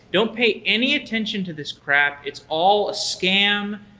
don't pay any attention to this crap. it's all a scam.